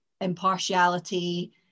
impartiality